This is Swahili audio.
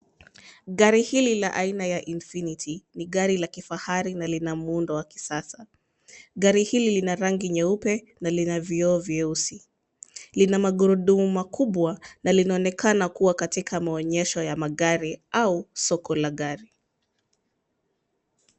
Gari hili la aina ya [cs infinity ni gari la kifahari na lina muundo wa kisasa. Gari hili lina rangi nyeupe na lina vioo vyeusi. Lina magurudumu makubwa na linaonekana kuwa katika maonyesho ya magari au soko la gari.